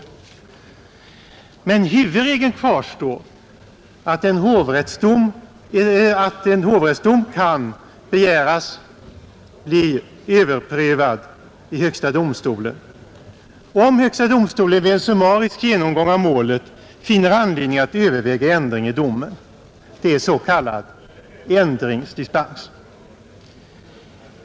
Men huvudregeln kvarstår: en hovrättsdom kan bli överprövad i högsta domstolen, om högsta domstolen vid en summarisk genomgång av målet finner anledning att överväga ändring i domen och ger s.k. ändringsdispens.